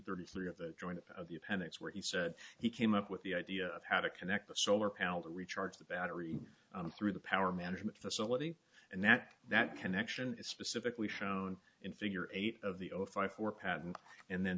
thirty three of the joint of the appendix where he said he came up with the idea of how to connect the solar power to recharge the battery through the power management facility and that that connection is specifically shown in figure eight of the over five four patent and then